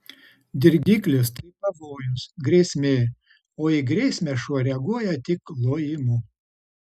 dirgiklis tai pavojus grėsmė o į grėsmę šuo reaguoja tik lojimu